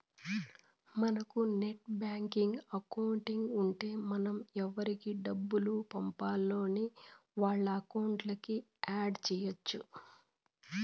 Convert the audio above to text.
మనకు net banking account ఉంటే మనం ఎవురికి డబ్బులు పంపాల్నో వాళ్ళ అకౌంట్లని యాడ్ చెయ్యచ్చు